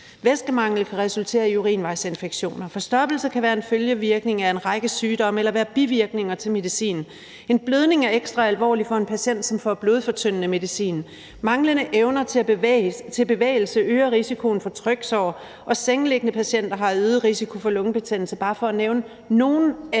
Væskemangel kan resultere i urinvejsinfektioner. Forstoppelse kan være en følgevirkning af en række sygdomme eller være bivirkninger til medicin. En blødning er ekstra alvorligt for en patient, som får blodfortyndende medicin. Manglende evne til bevægelse øger risikoen for tryksår. Og sengeliggende patienter har øget risiko for lungebetændelse.